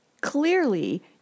Clearly